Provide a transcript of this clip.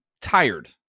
tired